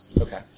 Okay